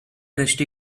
rusty